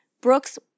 Brooks